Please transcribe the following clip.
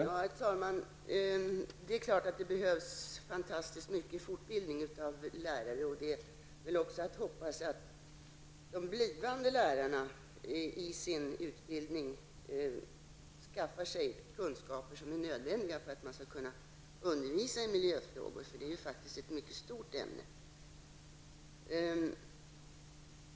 Herr talman! Det är klart att det behövs fantastiskt mycket fortbildning av lärare, och det är väl också att hoppas att de blivande lärarna i sin utbildning skaffar sig kunskaper som är nödvändiga för undervisning i miljöfrågor; det är ju faktiskt ett mycket stort ämne.